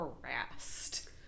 harassed